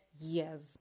years